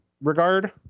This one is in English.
regard